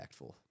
impactful